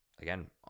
again